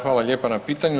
Hvala lijepa na pitanju.